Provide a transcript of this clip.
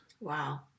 Wow